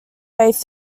wave